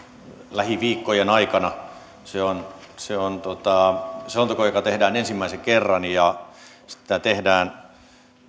lähiviikkojen aikana se on se on selonteko joka tehdään ensimmäisen kerran ja sitä tehdään